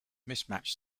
mismatch